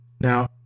Now